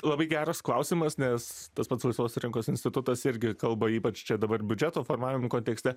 labai geras klausimas nes tas pats laisvosios rinkos institutas irgi kalba ypač čia dabar biudžeto formavimo kontekste